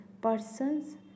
persons